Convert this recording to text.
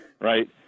Right